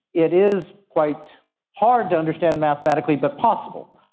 it is quite hard to understand mathematically but possible.